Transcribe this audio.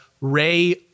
Ray